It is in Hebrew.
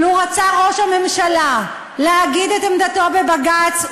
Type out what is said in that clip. לו רצה ראש הממשלה להגיד את עמדתו בבג"ץ,